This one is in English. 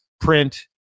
print